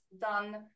done